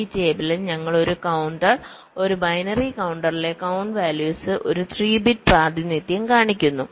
ഈ ടേബിളിൽ ഞങ്ങൾ ഒരു കൌണ്ടർ ബൈനറി കൌണ്ടറിലെ കൌണ്ട് വാല്യൂസ് ഒരു 3 ബിറ്റ് പ്രാതിനിധ്യം കാണിക്കുന്നു